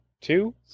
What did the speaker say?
Two